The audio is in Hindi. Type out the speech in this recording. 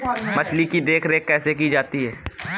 मछली की देखरेख कैसे की जाती है?